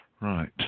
Right